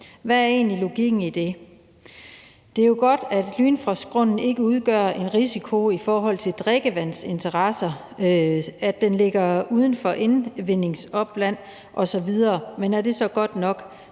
egentlig logikken i det? Det er jo godt, at Lynfrostgrunden ikke udgør en risiko i forhold til drikkevandsinteresser, at den ligger uden for indvindingsopland osv., men er det så godt nok?